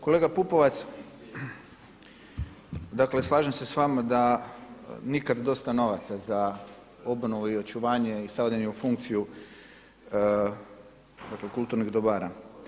Kolega Pupovac, dakle slažem se s vama da nikad dosta novaca za obnovu i očuvanje i stavljanje u funkciju dakle kulturnih dobara.